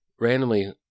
randomly